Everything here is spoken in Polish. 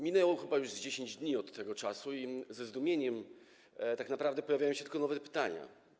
Minęło już chyba 10 dni od tego czasu i jest zdumienie, tak naprawdę pojawiają się tylko nowe pytania.